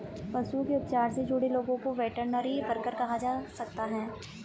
पशुओं के उपचार से जुड़े लोगों को वेटरनरी वर्कर कहा जा सकता है